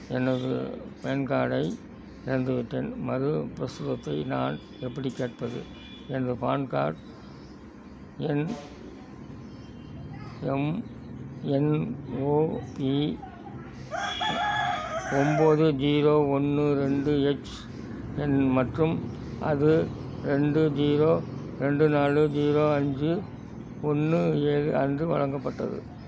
எனது பான் கார்டை இழந்துவிட்டேன் மறுபிரசுரத்தை நான் எப்படிக் கேட்பது எனது பான் கார்டு எண் எம் என் ஓ பி ஒம்போது ஜீரோ ஒன்று ரெண்டு எச் என் மற்றும் அது ரெண்டு ஜீரோ ரெண்டு நாலு ஜீரோ அஞ்சு ஒன்று ஏழு அன்று வழங்கப்பட்டது